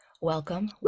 Welcome